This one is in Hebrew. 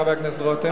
חבר הכנסת רותם?